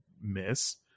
miss